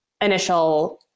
initial